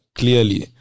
clearly